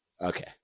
okay